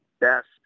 best